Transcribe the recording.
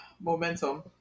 momentum